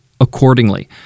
accordingly